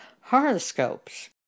horoscopes